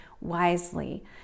wisely